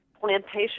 plantation